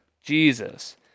Jesus